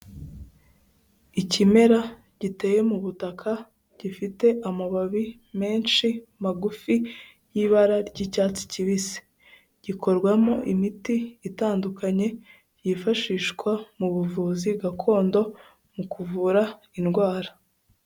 Ikimera giteye mu butaka gifite amababi menshi magufi y'ibara ry'icyatsi kibisi, gikorwamo imiti itandukanye yifashishwa mu buvuzi gakondo mu kuvura indwara.